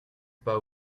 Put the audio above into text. pas